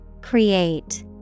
Create